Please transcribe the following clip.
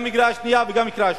גם בקריאה שנייה וגם בקריאה שלישית,